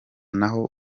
naho